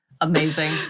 Amazing